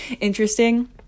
interesting